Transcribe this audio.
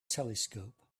telescope